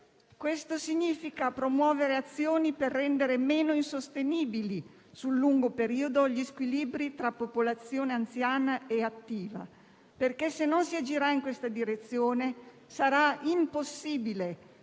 Questo significa promuovere azioni per rendere meno insostenibili, sul lungo periodo, gli squilibri tra popolazione anziana e attiva. Se non si agirà in questa direzione, sarà impossibile